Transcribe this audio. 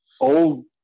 old